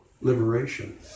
liberation